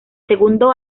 segundo